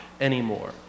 anymore